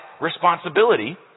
responsibility